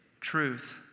Truth